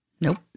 Nope